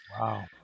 Wow